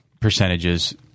percentages